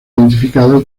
identificado